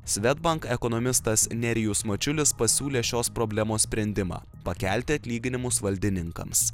swedbank ekonomistas nerijus mačiulis pasiūlė šios problemos sprendimą pakelti atlyginimus valdininkams